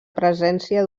presència